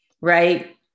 right